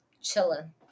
Chilling